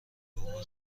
بوم